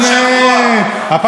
כל